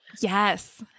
Yes